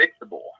fixable